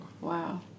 Wow